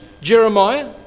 Jeremiah